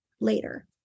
later